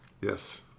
Yes